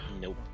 Nope